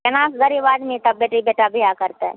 केना कऽ गरीब आदमी सब बेटी बेटा विवाह करतै